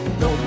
no